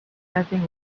nothing